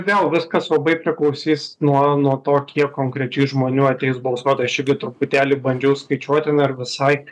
vėl viskas labai priklausys nuo nuo to kiek konkrečiai žmonių ateis balsuot aš igi truputėlį bandžiau skaičiuoti na ir visai